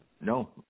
no